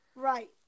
Right